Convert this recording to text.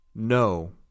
No